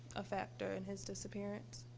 a factor in his disappearance?